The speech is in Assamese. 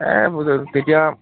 এই তেতিয়া